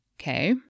Okay